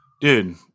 Dude